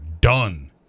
done